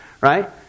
right